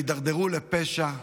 שהמדינה שכחה אותם והם הידרדרו לפשע.